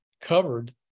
covered